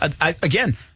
Again